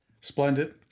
Splendid